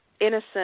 innocent